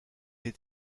est